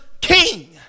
king